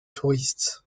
touristes